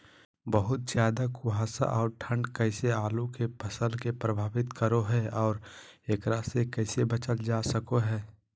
बहुत ज्यादा कुहासा और ठंड कैसे आलु के फसल के प्रभावित करो है और एकरा से कैसे बचल जा सको है?